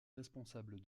responsable